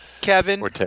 Kevin